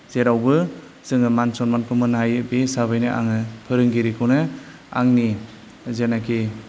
जेरावबो जोङो मान सन्मानखौ मोननो हायो बे हिसाबैनो आङो फोरोंगिरिखौनो आंनि जेनोखि